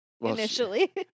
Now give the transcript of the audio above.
initially